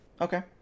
Okay